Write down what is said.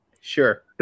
Sure